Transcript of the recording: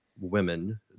women